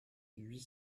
huit